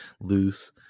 loose